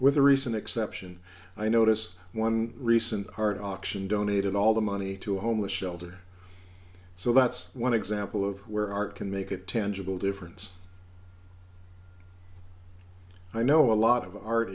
with a reason exception i noticed one recent art auction donated all the money to a homeless shelter so that's one example of where art can make it tangible difference i know a lot of art